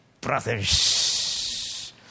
brothers